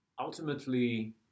ultimately